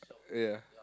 yeah